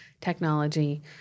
technology